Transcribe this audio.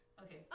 Okay